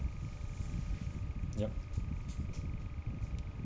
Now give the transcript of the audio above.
yup